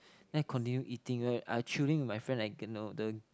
then I continue eating right I chilling with my friend at the